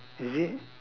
is it